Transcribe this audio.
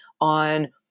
on